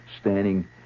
standing